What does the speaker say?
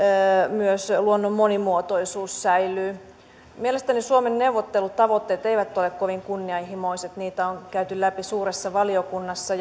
myös luonnon monimuotoisuus säilyy mielestäni suomen neuvottelutavoitteet eivät ole kovin kunnianhimoiset niitä on käyty läpi suuressa valiokunnassa